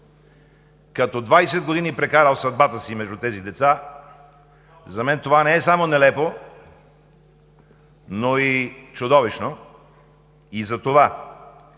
Като 20 години прекарал съдбата си между тези деца, за мен това не е само нелепо, но и чудовищно. Затова,